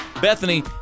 Bethany